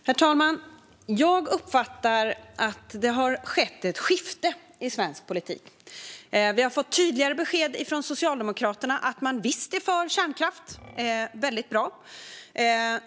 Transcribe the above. Herr talman! Jag uppfattar att det har skett ett skifte i svensk politik. Vi har fått tydligare besked från Socialdemokraterna att de visst är för kärnkraft. Det är väldigt bra.